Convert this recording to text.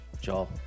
Joel